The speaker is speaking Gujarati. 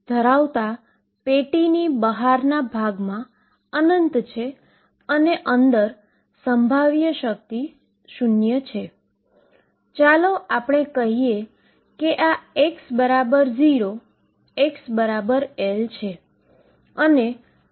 તેથી શ્રોડિંજર સમીકરણ 22m12m2x2ψEψ છે અને હું આને જો અહીં મુકીશ